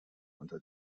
unter